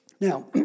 Now